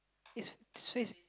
it's s~ so it's